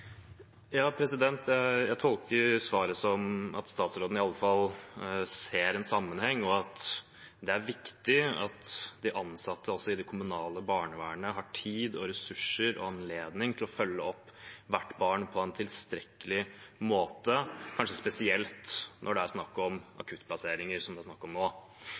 Jeg tolker svaret som at statsråden i alle fall ser en sammenheng, og at det er viktig at de ansatte, også i det kommunale barnevernet, har tid og ressurser og anledning til å følge opp hvert barn på en tilstrekkelig måte, kanskje spesielt ved akuttplasseringer, som det er snakk om nå. Det er